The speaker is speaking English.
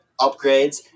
upgrades